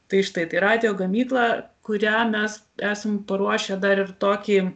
tai štai tai radijo gamyklą kurią mes esam paruošę dar ir tokį